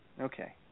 Okay